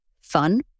fun